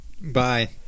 Bye